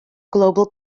global